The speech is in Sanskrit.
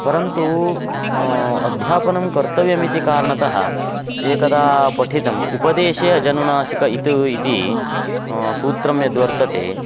परन्तु अध्यापनं कर्तव्यम् इति कारणतः एकदा पठितम् उपदेशे अजनुनासिक इत् इति सूत्रं यद्वर्तते